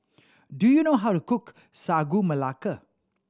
do you know how to cook Sagu Melaka